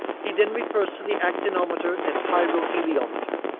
he then refers to the actinometer and pyroheliometer,